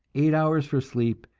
eight hours for sleep,